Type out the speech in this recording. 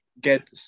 get